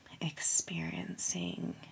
experiencing